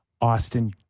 Austin